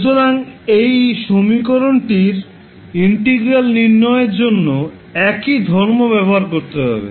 সুতরাংএই সমীকরণটির ইন্টিগ্রাল নির্ণয়ের জন্য একই ধর্ম ব্যবহার করতে হবে